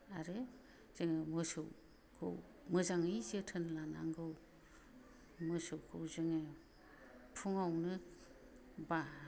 आरो जोङो मोसौखौ मोजाङै जोथोन लानांगौ मोसौखौ जोङो फुङावनो बा